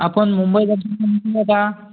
आपण मुंबई दर्शनला जायचं का